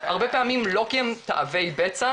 הרבה פעמים לא כי הם תאבי בצע.